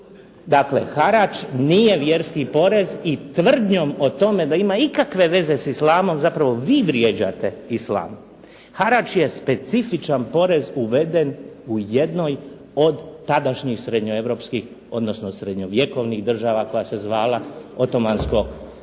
dosljedni, harač nije vjerski porez i tvrdnjom o tome da ima ikakve veze sa islamom zapravo vi vrijeđate islam. Harač je specifičan porez uveden u jednoj od tadašnjih srednjovjekovnih država koja se zvala Otomansko carstvo.